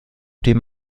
dem